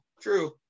true